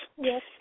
Yes